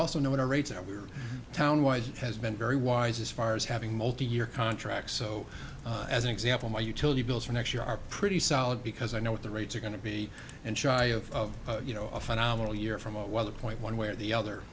also know what our rates are we're town wise has been very wise as far as having multi year contracts so as an example my utility bills for next year are pretty solid because i know what the rates are going to be and shy of you know a phenomenal year from a weather point one way or the other